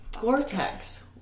Gore-Tex